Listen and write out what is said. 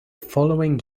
following